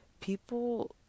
people